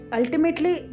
ultimately